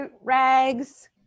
Rags